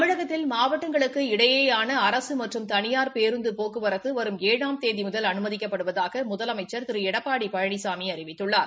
தமிழகத்தில் மாவட்டங்களுக்கு இடையேயான அரசு மற்றும் தனியார் பேருந்து போக்குவரத்து வரும் ஏழாம் தேதி முதல் அனுமதிக்கப்படுவதாக முதலமைச்ச் திரு எடப்பாடி பழனிசாமி அறிவித்துள்ளார்